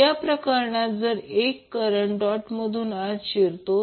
या प्रकरणात जर एक करंट डॉट मधून आत शिरतो